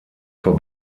vor